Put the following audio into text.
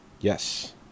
Yes